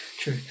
True